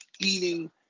eating